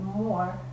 more